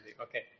Okay